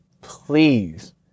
please